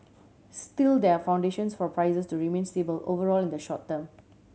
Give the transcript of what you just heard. still there are foundations for prices to remain stable overall in the short term